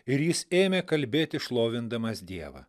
ir jis ėmė kalbėti šlovindamas dievą